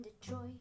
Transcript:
Detroit